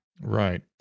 Right